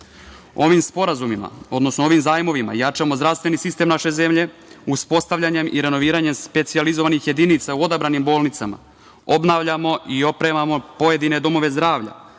Nišu. Ovim sporazumima, odnosno ovim zajmovima jačamo zdravstveni sistem naše zemlje, uspostavljanjem i renoviranjem specijalizovanih jedinica u odabranim bolnicama. Obnavljamo i opremamo pojedine domove zdravlja,